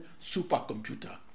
supercomputer